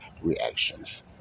reactions